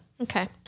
Okay